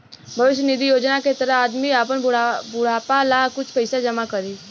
भविष्य निधि योजना के तहत आदमी आपन बुढ़ापा ला कुछ पइसा जमा करी